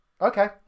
Okay